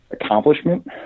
accomplishment